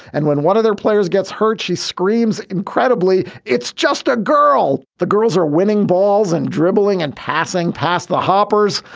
and when one of their players gets hurt, she screams. incredibly. it's just a girl. the girls are winning balls and dribbling and passing past the hoppers,